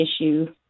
issue